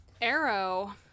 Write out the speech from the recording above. Arrow